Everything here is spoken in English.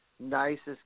Nicest